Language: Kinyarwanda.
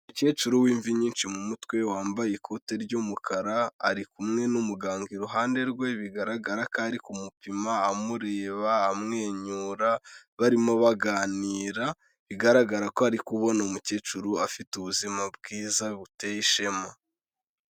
Umukecuru w'imvi nyinshi mu mutwe wambaye ikote ry'umukara, ari kumwe n'umuganga iruhande rwe, bigaragara ko ari kumupima, amureba, amwenyura, barimo baganira, bigaragara ko ari kubona umukecuru afite ubuzima bwiza buteye ishema.